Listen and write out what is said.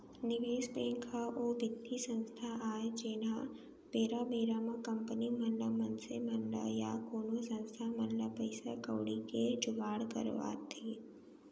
निवेस बेंक ह ओ बित्तीय संस्था आय जेनहा बेरा बेरा म कंपनी मन ल मनसे मन ल या कोनो संस्था मन ल पइसा कउड़ी के जुगाड़ करवाथे